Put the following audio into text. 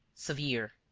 severe.